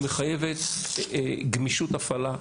היא מחייבת גמישות הפעלה,